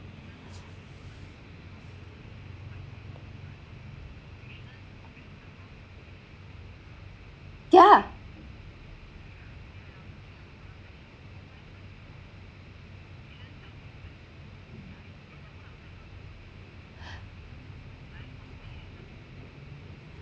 yeah